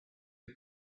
the